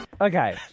Okay